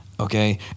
Okay